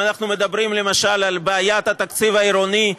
אם אנחנו מדברים למשל על בעיית התקציב העירוני,